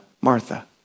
Martha